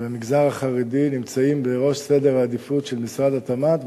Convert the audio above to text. והמגזר החרדי נמצאים בראש סדר העדיפויות של משרד התמ"ת,